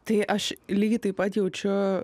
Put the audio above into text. tai aš lygiai taip pat jaučiu